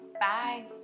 Bye